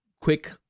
quick